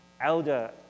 elder